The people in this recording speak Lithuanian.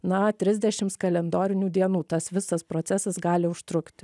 na trisdešims kalendorinių dienų tas visas procesas gali užtrukti